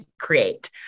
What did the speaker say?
create